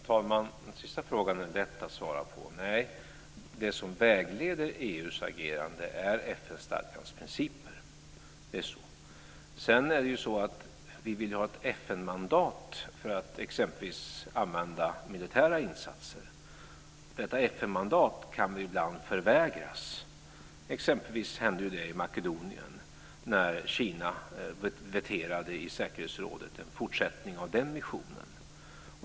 Fru talman! Den sista frågan är det lätt att svara på. Nej, det som vägleder EU:s agerande är FN stadgans principer. Det är så. Sedan är det ju så att vi vill ha ett FN-mandat för att exempelvis använda militära insatser. Detta FN-mandat kan vi ibland förvägras. Exempelvis hände det i fråga om Makedonien när Kina veterade i säkerhetsrådet. Det gällde då en fortsättning av den missionen.